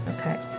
Okay